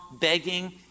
begging